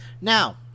Now